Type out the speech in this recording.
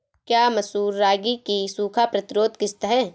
क्या मसूर रागी की सूखा प्रतिरोध किश्त है?